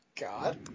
god